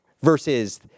versus